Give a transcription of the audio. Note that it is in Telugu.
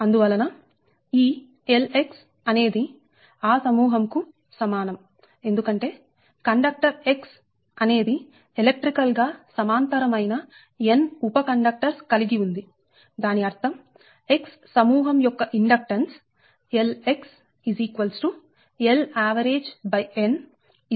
అందువలన ఈ LX అనేది ఆ సమూహం కు సమానం ఎందుకంటే కండక్టర్ X అనేది ఎలక్ట్రికల్ గా సమాంతరమైన n ఉప కండక్టర్స్ కలిగి ఉందిదాని అర్థం X సమూహం యొక్క inductance LX Lavgn L a L b L c